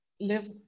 live